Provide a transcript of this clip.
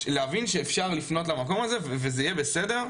להבין שאפשר לפנות למקום הזה וזה יהיה בסדר.